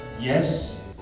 yes